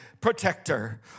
protector